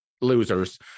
losers